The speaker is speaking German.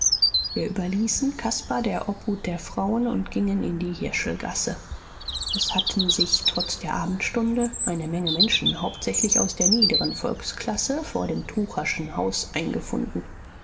wir überließen caspar der obhut der frauen und gingen in die hirschelgasse es hatten sich trotz der abendstunde eine menge menschen hauptsächlich aus der niederen volksklasse vor dem tucherschen haus eingefunden